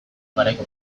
garaiko